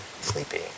sleepy